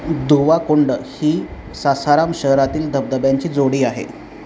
धुवाकुंड ही सासाराम शहरातील धबधब्यांची जोडी आहे